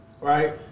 right